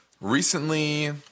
recently